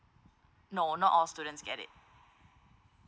no not all students get it